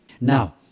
Now